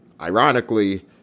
Ironically